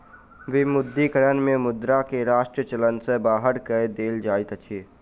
विमुद्रीकरण में मुद्रा के राष्ट्रीय चलन सॅ बाहर कय देल जाइत अछि